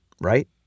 right